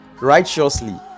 righteously